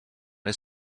his